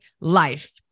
life